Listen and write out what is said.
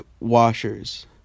Washers